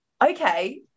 okay